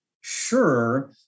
sure